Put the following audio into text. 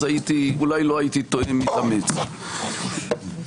אז אולי הייתי ---.